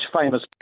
famous